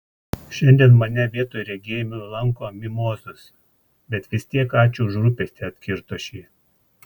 šiandien mane vietoj regėjimų lanko mimozos bet vis tiek ačiū už rūpestį atkirto ši